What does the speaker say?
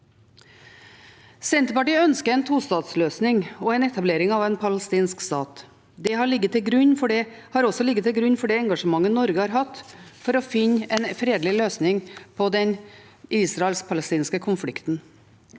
Senterpartiet ønsker en tostatsløsning og en etablering av en palestinsk stat. Det har også ligget til grunn for det engasjementet Norge har hatt for å finne en fredelig løsning på den israelsk-palestinske konflikten.